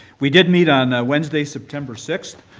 we did meet on wednesday, september sixth.